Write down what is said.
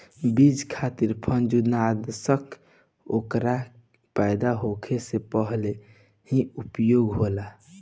बीज खातिर फंफूदनाशक ओकरे पैदा होखले से पहिले ही उपयोग होला